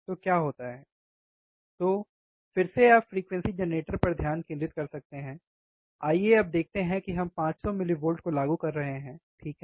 तो फिर से आप फ़्रीक्वेंसी जेनरेटर पर ध्यान केंद्रित कर सकते हैं आइए अब देखते हैं कि हम 500 mV को लागू कर रहे हैं ठीक है